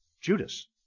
Judas